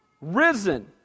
Risen